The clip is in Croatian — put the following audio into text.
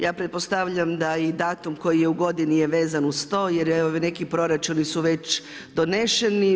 Ja pretpostavljam da i datum koji je u godini je vezan uz to, jer evo neki proračuni su već doneseni.